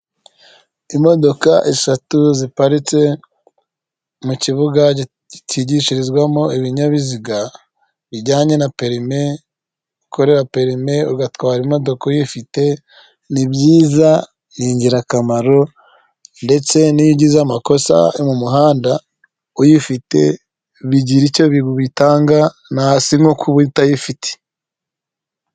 Imodoka eshatu ziparitse mu kibuga kigishirizwamo ibinyabiziga bijyanye na perime. Ukorera perime, ugatwara imodoka uyifite nibyiza ni ingirakamaro, ndetse n’iyo ugize amakosa mu muhanda uyifite bigira icyo bitanga. Si nko kuba utayifite